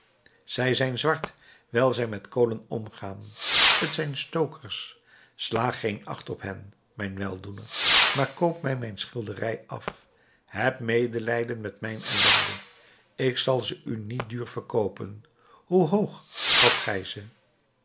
zij zijn zwart wijl zij met kolen omgaan t zijn stokers sla geen acht op hen mijn weldoener maar koop mij mijn schilderij af heb medelijden met mijn ellende ik zal ze u niet duur verkoopen hoe hoog schat gij